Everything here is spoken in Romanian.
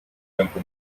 pentru